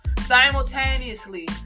Simultaneously